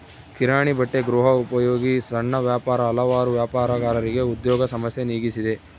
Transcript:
ಕಿರಾಣಿ ಬಟ್ಟೆ ಗೃಹೋಪಯೋಗಿ ಸಣ್ಣ ವ್ಯಾಪಾರ ಹಲವಾರು ವ್ಯಾಪಾರಗಾರರಿಗೆ ಉದ್ಯೋಗ ಸಮಸ್ಯೆ ನೀಗಿಸಿದೆ